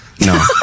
no